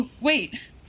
Wait